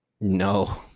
No